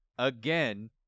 Again